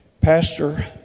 Pastor